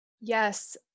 yes